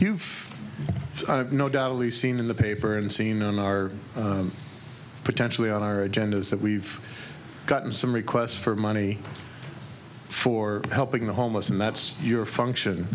you've no doubt only seen in the paper and seen on our potentially on our agenda is that we've gotten some requests for money for helping the homeless and that's your function